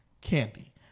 candy